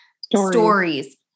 stories